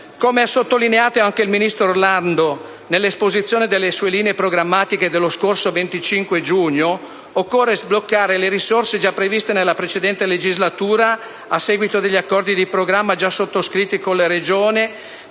Come ha sottolineato anche il ministro Orlando nell'esposizione delle sue linee programmatiche lo scorso 25 giugno, occorre sbloccare le risorse già previste nella precedente legislatura a seguito degli accordi di programma sottoscritti con le Regioni